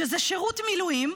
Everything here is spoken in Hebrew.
שזה שירות מילואים,